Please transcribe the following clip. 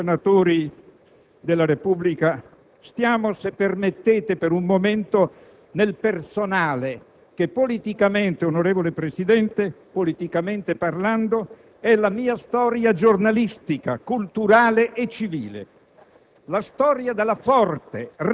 Per conoscerci meglio con voi senatori della Repubblica, stiamo - se permettete per un momento - nel personale che, politicamente parlando - onorevole Presidente - è la mia storia giornalistica, culturale e civile: